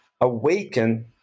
awaken